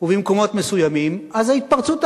ובמקומות מסוימים אז ההתפרצות האלימה,